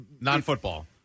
Non-football